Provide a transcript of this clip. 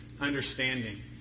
understanding